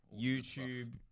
YouTube